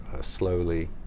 slowly